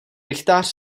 rychtář